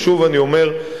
אבל שוב אני אומר,